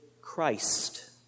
Christ